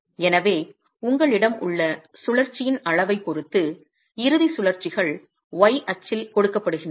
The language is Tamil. எனவே உங்களிடம் உள்ள சுழற்சியின் அளவைப் பொறுத்து இறுதி சுழற்சிகள் y அச்சில் கொடுக்கப்படுகின்றன